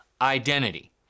identity